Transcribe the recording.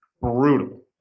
brutal